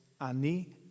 Ani